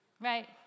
right